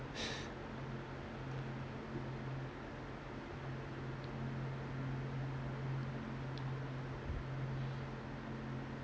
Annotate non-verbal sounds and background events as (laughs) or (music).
(laughs)